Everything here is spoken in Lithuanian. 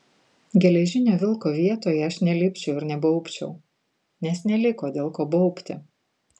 geležinio vilko vietoje aš nelipčiau ir nebaubčiau nes neliko dėl ko baubti